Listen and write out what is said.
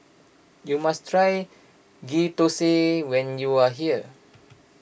you must try Ghee Thosai when you are here